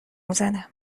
میزنه